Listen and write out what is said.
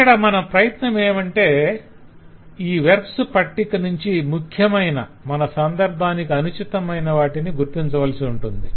ఇక్కడ మన ప్రయత్నమేమంటే ఈ వెర్బ్స్ పట్టిక నుంచి ముఖ్యమైన మన సందర్భానికి అనుచితమైన వాటిని గుర్తించవలసి ఉంటుంది